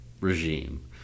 regime